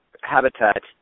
habitat